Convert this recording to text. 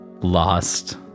lost